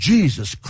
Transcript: Jesus